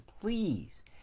please